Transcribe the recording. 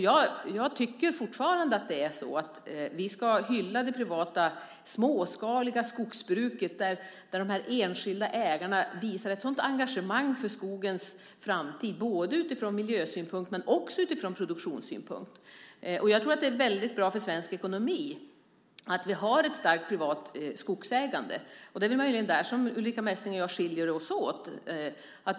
Jag tycker fortfarande att vi ska hylla det privata småskaliga skogsbruket där de enskilda ägarna visar ett sådant engagemang för skogens framtid både utifrån miljösynpunkt och utifrån produktionssynpunkt. Jag tror att det är väldigt bra för svensk ekonomi att vi har ett starkt privat skogsägande. Det är möjligen där som Ulrica Messing och jag skiljer oss åt.